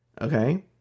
okay